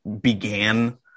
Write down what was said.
began